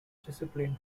discipline